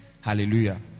hallelujah